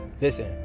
Listen